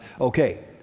Okay